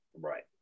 Right